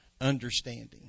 understanding